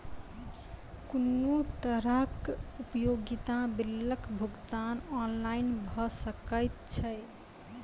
कुनू तरहक उपयोगिता बिलक भुगतान ऑनलाइन भऽ सकैत छै?